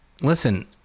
Listen